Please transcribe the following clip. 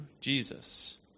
Jesus